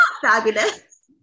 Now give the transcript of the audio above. fabulous